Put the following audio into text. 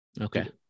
Okay